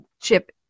Chip